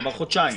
כלומר חודשיים.